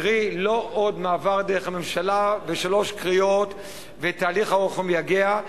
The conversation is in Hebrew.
קרי: לא עוד מעבר דרך הממשלה בשלוש קריאות ותהליך ארוך ומייגע,